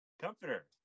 comforter